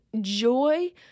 joy